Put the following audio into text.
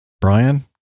Brian